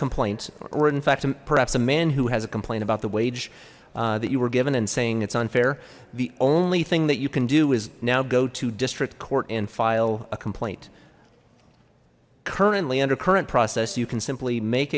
fact perhaps a man who has a complaint about the wage that you were given and saying it's unfair the only thing that you can do is now go to district court and file a complaint currently under current process you can simply make